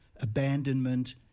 abandonment